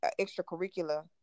extracurricular